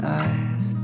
eyes